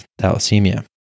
thalassemia